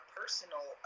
personal